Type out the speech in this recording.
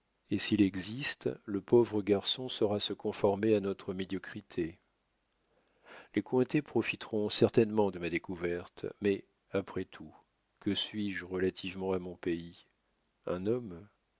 et s'il existe le pauvre garçon saura se conformer à notre médiocrité les cointet profiteront certainement de ma découverte mais après tout que suis-je relativement à mon pays un homme